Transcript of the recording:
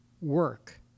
work